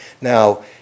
Now